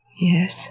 Yes